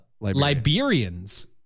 Liberians